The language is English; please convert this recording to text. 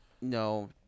No